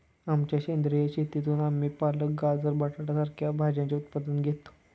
आमच्या सेंद्रिय शेतीतून आम्ही पालक, गाजर, बटाटा सारख्या भाज्यांचे उत्पन्न घेतो